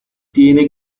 tiene